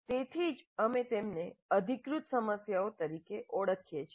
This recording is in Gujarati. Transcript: તેથી જ અમે તેમને અધિકૃત સમસ્યાઓ તરીકે ઓળખીએ છીએ